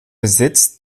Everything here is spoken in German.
besitz